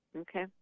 Okay